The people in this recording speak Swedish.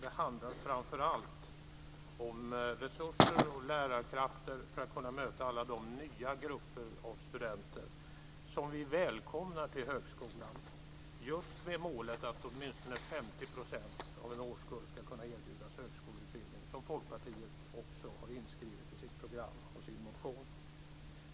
Det handlar framför allt om resurser och lärarkrafter för att kunna möta alla de grupper av studenter som vi välkomnar till högskolan just med tanke på det mål att åtminstone 50 % av en årskull ska kunna erbjudas högskoleutbildning som Folkpartiet har inskrivet i sitt program och i sin motion.